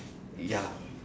ya